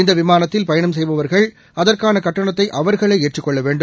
இந்தவிமானத்தில் பயணம் செய்பவா்கள் அதற்கானகட்டணத்தைஅவா்களேஏற்றுக் கொள்ளவேண்டும்